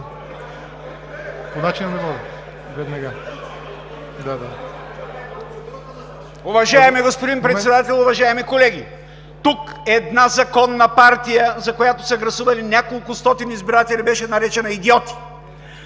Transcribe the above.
Уважаеми господин Председател, уважаеми колеги! Тук една законна партия, за която са гласували няколкостотин избиратели, беше наречена „идиоти“.